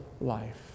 life